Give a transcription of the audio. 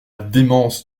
démence